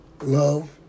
love